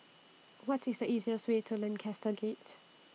What IS The easiest Way to Lancaster Gate